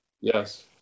Yes